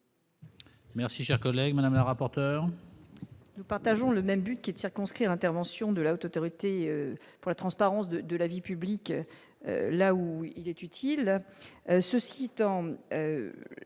Merci, cher collègue Madame le rapporteur.